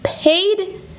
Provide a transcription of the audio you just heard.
Paid